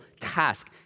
task